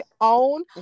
own